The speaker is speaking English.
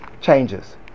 changes